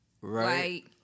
right